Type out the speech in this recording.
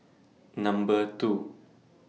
Number two